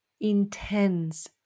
intense